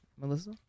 melissa